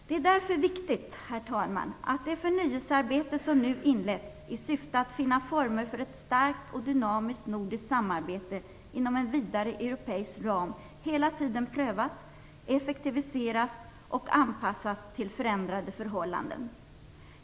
Det är därför viktigt, herr talman, att det förnyelsearbete som nu inletts i syfte att finna former för ett starkt och dynamiskt nordiskt samarbete inom en vidare europeisk ram hela tiden prövas, effektiviseras och anpassas till förändrade förhållanden.